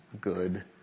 good